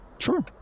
Sure